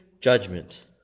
judgment